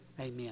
amen